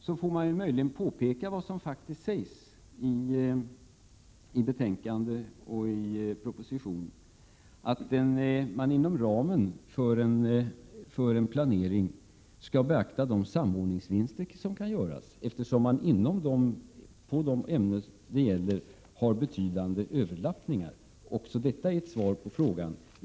Då måste jag påpeka vad som faktiskt sägs i betänkandet och propositionen, att man inom ramen för en planering skall beakta de samordningsvinster som kan göras, eftersom vi i fråga om de ämnen det gäller har betydande överlappningar. Också detta är ett svar på den fråga som ställts.